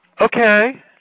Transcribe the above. Okay